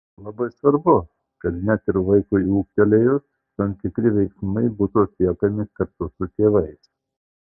labai svarbu kad net ir vaikui ūgtelėjus tam tikri veiksmai būtų atliekami kartu su tėvais